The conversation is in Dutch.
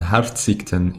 hartziekten